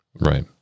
Right